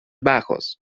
bajos